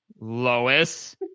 Lois